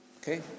Okay